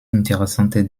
interessante